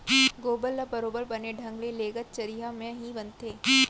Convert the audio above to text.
गोबर ल बरोबर बने ढंग ले लेगत चरिहा म ही बनथे